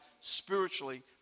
spiritually